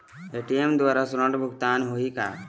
ATM द्वारा ऋण भुगतान होही का?